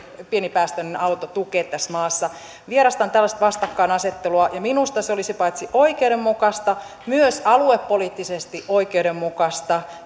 pienipäästöinen auto tukea tässä maassa vierastan sellaista vastakkainasettelua ja minusta tämä olisi paitsi oikeudenmukaista myös aluepoliittisesti oikeudenmukaista